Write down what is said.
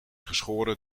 geschoren